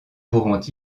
pourront